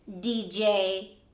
DJ